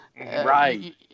Right